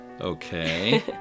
Okay